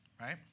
Right